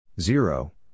zero